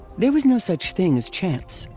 there was no such thing as chance.